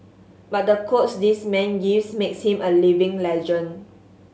but the quotes this man gives makes him a living legend